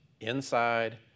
inside